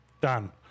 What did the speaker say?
Done